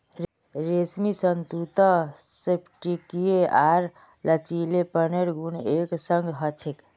रेशमी तंतुत स्फटिकीय आर लचीलेपनेर गुण एक संग ह छेक